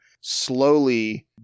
slowly